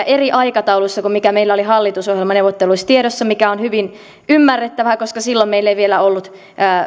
eri aikataulussa kuin meillä oli hallitusohjelmaneuvotteluissa tiedossa mikä on hyvin ymmärrettävää koska silloin meillä ei vielä ollut